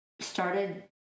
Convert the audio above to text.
started